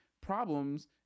problems